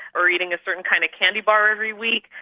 or eating a certain kind of candy bar every week.